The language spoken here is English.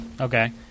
Okay